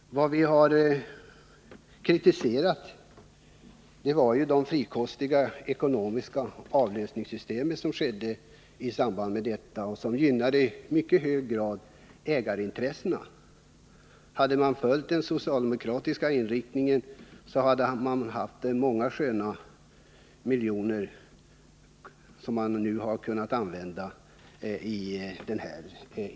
Vad vi har kritiserat är ju de frikostiga ekonomiska avlösningssystem som användes och som i mycket hög grad gynnade ägarintressena. Hade man följt den socialdemokratiska inriktningen hade man haft många sköna miljoner som man kunnat använda nu.